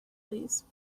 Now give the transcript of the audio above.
please